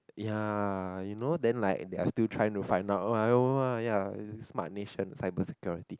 ya you know then like they are still trying to find out ya smart nation cyber security